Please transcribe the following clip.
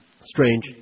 Strange